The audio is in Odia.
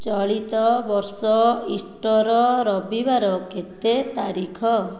ଚଳିତ ବର୍ଷ ଇଷ୍ଟର୍ ରବିବାର କେତେ ତାରିଖ